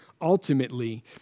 ultimately